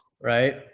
right